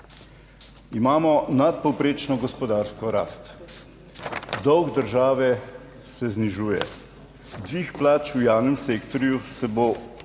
imamo nadpovprečno gospodarsko rast, dolg države se znižuje, dvig plač v javnem sektorju se bo odrazil